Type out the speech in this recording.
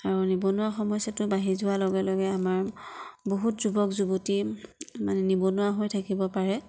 আৰু নিবনুৱা সমস্যাটো বাঢ়ি যোৱাৰ লগে লগে আমাৰ বহুত যুৱক যুৱতী মানে নিবনুৱা হৈ থকিব পাৰে